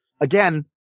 again